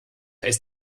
ist